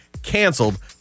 canceled